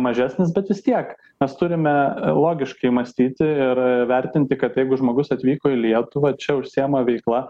mažesnis bet vis tiek mes turime logiškai mąstyti ir vertinti kad jeigu žmogus atvyko į lietuvą čia užsiima veikla